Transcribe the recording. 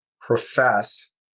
profess